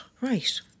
Right